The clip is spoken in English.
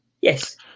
yes